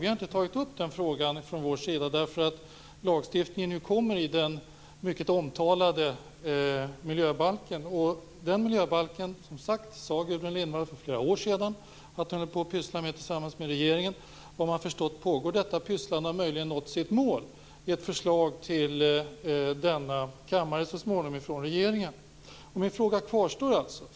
Vi har inte tagit upp den frågan eftersom lagstiftningen kommer i den mycket omtalade miljöbalken. Den miljöbalken sade Gudrun Lindvall för flera år sedan att hon höll på och pysslade med tillsammans med regeringen. Vad man kan förstå pågår detta pysslande och har möjligen nått sitt mål i ett förslag till kammaren från regeringen. Min fråga kvarstår.